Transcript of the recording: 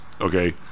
okay